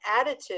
attitude